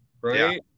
right